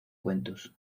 cuentos